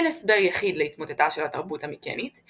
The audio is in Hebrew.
אין הסבר יחיד להתמוטטותה של התרבות המיקנית,